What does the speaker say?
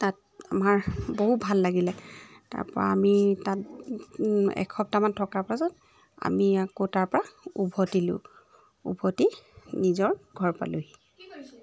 তাত আমাৰ বহু ভাল লাগিলে তাৰ পৰা আমি তাত এসপ্তাহমান থকাৰ পিছত আমি আকৌ তাৰ পৰা উভতিলোঁ উভতি নিজৰ ঘৰ পালোঁহি